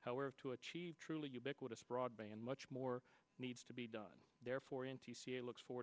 however to achieve truly ubiquitous broadband much more needs to be done therefore in looks forward